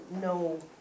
no